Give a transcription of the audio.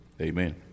Amen